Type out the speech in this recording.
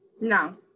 No